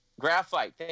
Graphite